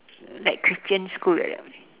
like christian school like that